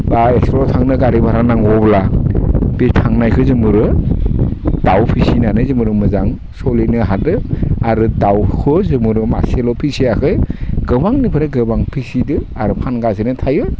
बा स्कुलाव थांनो गारि भारा नांगौब्ला बे थांनायखौ जों हरो दाउ फिसिनानै जोबोर मोजां सोलिनो हादो आरो दाउखौ जोङो मासेल' फिसियाखै गोबांनिफ्राय गोबां फिसिदों आरो फानगासिनो थायो